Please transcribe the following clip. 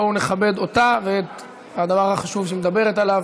בואו נכבד אותה ואת הדבר החשוב שהיא מדברת עליו.